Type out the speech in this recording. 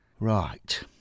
Right